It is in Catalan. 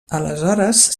aleshores